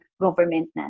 government